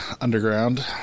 underground